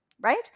right